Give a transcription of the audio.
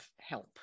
help